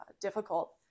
difficult